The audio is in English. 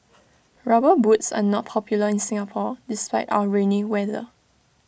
rubber boots are not popular in Singapore despite our rainy weather